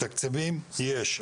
תקציבים יש,